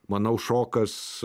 manau šokas